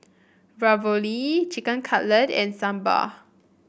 Ravioli Chicken Cutlet and Sambar